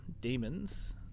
demons